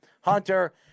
Hunter